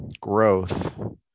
growth